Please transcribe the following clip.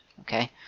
Okay